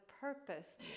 purpose